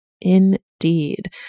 Indeed